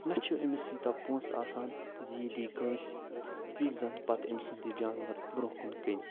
نہ چھِ أمِس یوٗتاہ پونٛسہٕ آسان زِ یہِ دِی کٲنٛسہِ یُس زَنہٕ پتہٕ أمۍ سُنٛد یہِ جانوَر برٛونٛہہ کُن کٕنہِ